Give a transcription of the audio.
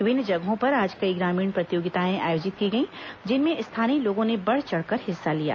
विभिन्न जगहों पर आज कई ग्रामीण प्रतियोगिताएं आयोजित की गईं जिनमें स्थानीय लोगों ने बढ़ चढ़कर हिस्सा लिया